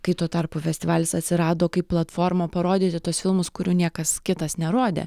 kai tuo tarpu festivalis atsirado kaip platforma parodyti tuos filmus kurių niekas kitas nerodė